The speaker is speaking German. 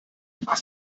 was